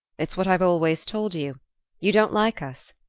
it's what i've always told you you don't like us.